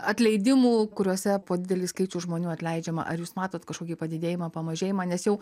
atleidimų kuriuose po didelį skaičių žmonių atleidžiama ar jūs matot kažkokį padidėjimą pamažėjimą nes jau